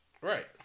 Right